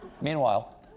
Meanwhile